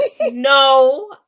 no